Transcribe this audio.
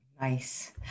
Nice